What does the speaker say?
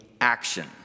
action